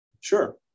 Sure